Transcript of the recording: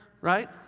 right